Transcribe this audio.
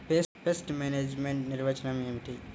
Pest management నిర్వచనం ఏమిటి?